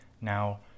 now